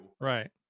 Right